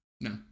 No